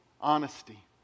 honesty